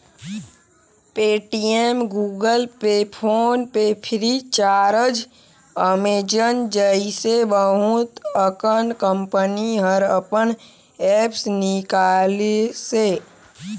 Paytm, Google Pay, PhonePe Freecharge, Amazon जइसे बहुत अकन कंपनी हर अपन ऐप्स निकालिसे